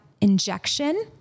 injection